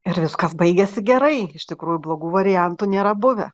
ir viskas baigiasi gerai iš tikrųjų blogų variantų nėra buvę